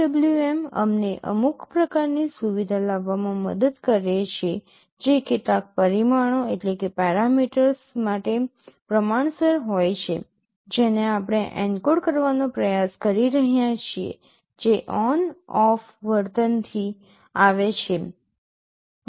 PWM અમને અમુક પ્રકારની સુવિધા લાવવામાં મદદ કરે છે જે કેટલાક પરિમાણો માટે પ્રમાણસર હોય છે જેને આપણે એન્કોડ કરવાનો પ્રયાસ કરી રહ્યા છીએ જે ON OFF વર્તનથી આવે છે